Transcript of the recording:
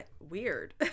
weird